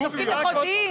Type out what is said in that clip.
אתם מוכנים להגיש הצעה כזאת?